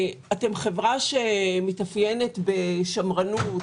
אתם חברה שמתאפיינת בשמרנות,